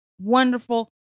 wonderful